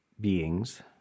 beings